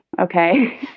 Okay